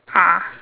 ah